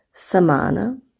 Samana